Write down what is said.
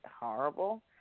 horrible